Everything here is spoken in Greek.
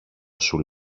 σου